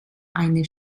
eine